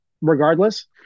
regardless